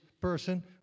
person